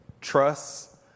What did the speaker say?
trust